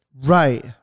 Right